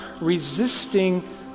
resisting